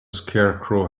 scarecrow